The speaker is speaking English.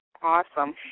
awesome